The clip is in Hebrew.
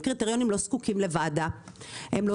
בוודאי אם זה